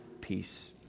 peace